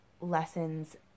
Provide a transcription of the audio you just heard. lessons